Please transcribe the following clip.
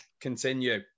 continue